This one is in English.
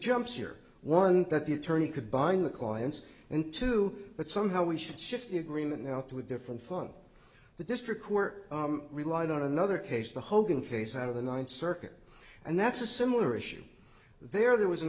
jumps or one that the attorney could bind the clients into but somehow we should shift the agreement now to a different phone the district court relied on another case the hogan case out of the ninth circuit and that's a similar issue there there was an